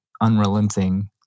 unrelenting